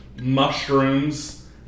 mushrooms